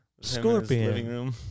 Scorpion